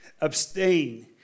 abstain